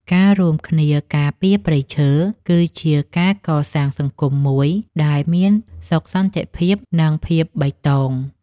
ការរួមគ្នាការពារព្រៃឈើ គឺជាការកសាងសង្គមមួយដែលមានសុខសន្តិភាព និងភាពបៃតង។